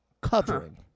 covering